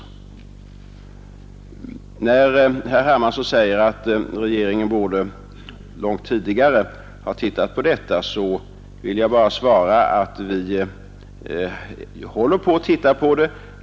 När herr Hermansson säger att regeringen långt tidigare borde ha tittat på detta vill jag svara att vi håller på att göra det.